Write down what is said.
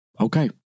Okay